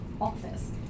office